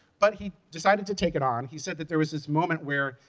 but he decided to take it on. he said that there was this moment where,